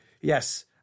yes